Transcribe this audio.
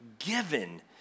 given